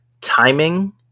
timing